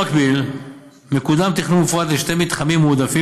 במקביל מקודם תכנון מופרד לשני מתחמים מועדפים